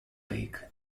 peak